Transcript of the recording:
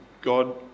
God